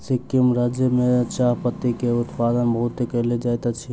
सिक्किम राज्य में चाह पत्ती के उत्पादन बहुत कयल जाइत अछि